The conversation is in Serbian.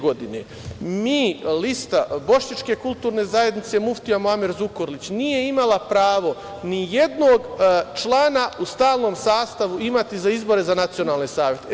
Godine 2010. mi lista Bošnjačke kulturne zajednice – muftija Muamer Zukorlić nije imala pravo nijednog člana u stalnom sastavu imati za izbore za nacionalne savete.